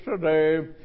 today